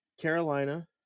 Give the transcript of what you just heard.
Carolina